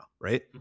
right